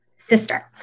sister